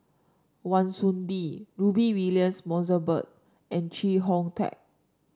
Wan Soon Bee Rudy Williams Mosbergen and Chee Hong Tat